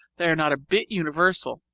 they are not a bit universal,